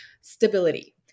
stability